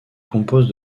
compose